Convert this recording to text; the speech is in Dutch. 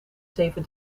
zeven